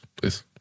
please